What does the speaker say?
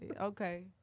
okay